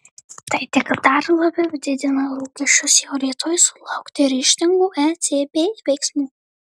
tai tik dar labiau didina lūkesčius jau rytoj sulaukti ryžtingų ecb veiksmų